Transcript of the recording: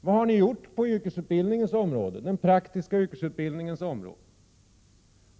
Vad har ni gjort på den praktiska yrkesutbildningens område?